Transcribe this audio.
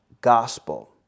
gospel